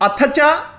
अथ च